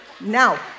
now